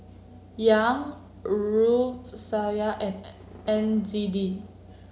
Yuan Rufiyaa and N Z D